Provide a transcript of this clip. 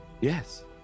Yes